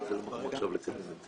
בתחילת הסקירה,